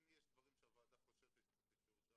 אם יש דברים שהוועדה חושבת שצריך אישור שלה,